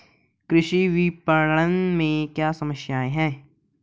कृषि विपणन में क्या समस्याएँ हैं?